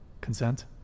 consent